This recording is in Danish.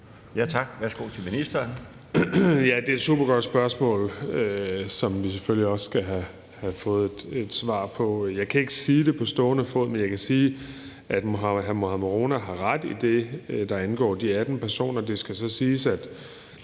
(Kaare Dybvad Bek): Det er et supergodt spørgsmål, som vi selvfølgelig også skal have fundet et svar på. Jeg kan ikke sige det på stående fod, men jeg kan sige, at hr. Mohammed Rona har ret i det, der angår de 18 personer. Det skal så siges, at